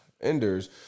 Enders